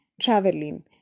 traveling